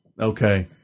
okay